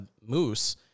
moose